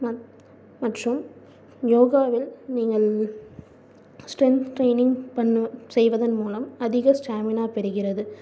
மற் மற்றும் யோகாவில் நீங்கள் ஸ்ட்ரென்த் ட்ரெய்னிங் பண்ண செய்வதன் மூலம் அதிக ஸ்டாமினா பெறுகிறது